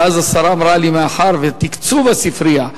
ואז השרה אמרה לי: מאחר שתקצוב הספרייה,